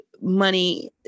money